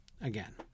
Again